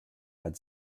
had